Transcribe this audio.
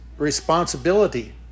responsibility